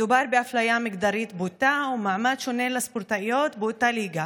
מדובר באפליה מגדרית בוטה ומעמד שונה לספורטאיות באותה ליגה,